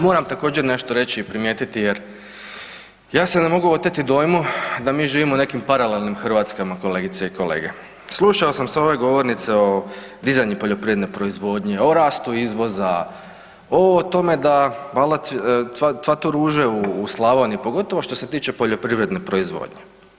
Moram također nešto reći i primijetiti jer ja se ne mogu oteti dojmu da mi živimo u nekim paralelnim Hrvatskama kolegice i kolege, slušao sam s ove govornice o dizanju poljoprivredne proizvodnje, o rastu izvoza, o tome da … cvatu ruže u Slavoniji pogotovo što se tiče poljoprivredne proizvodnje.